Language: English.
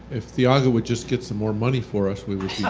if thyaga would just get some more money for us, we would